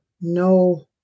no